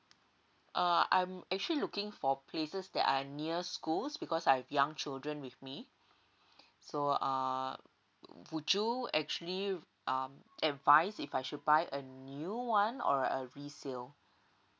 err I'm actually looking for places that are near schools because I've young children with me so uh would you actually um advise if I should buy a new one or a resale